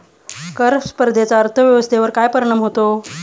कर स्पर्धेचा अर्थव्यवस्थेवर काय परिणाम होतो?